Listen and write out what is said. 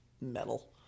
metal